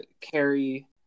carry